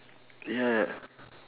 ya